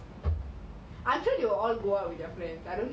do you celebrate with like O_G family